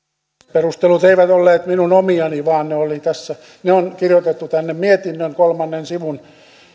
perustelut eivät olleet minun omiani vaan ne on kirjoitettu tänne mietinnön kolmannen sivun